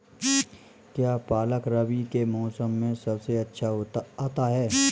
क्या पालक रबी के मौसम में सबसे अच्छा आता है?